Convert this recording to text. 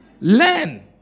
Learn